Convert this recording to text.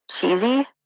cheesy